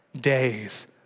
days